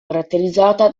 caratterizzata